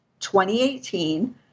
2018